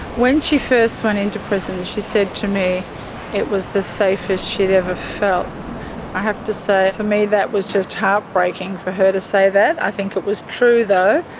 when she first went into prison she said to me it was the safest she'd ever felt. i have to say for me that was just heartbreaking for her to say that. i think it was true though.